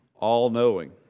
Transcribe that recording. all-knowing